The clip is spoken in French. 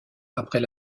après